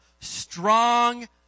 strong